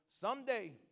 someday